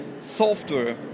software